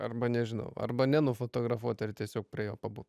arba nežino arba nenufotografuoti ar tiesiog prie pabūk